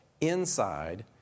inside